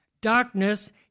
Darkness